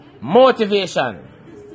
Motivation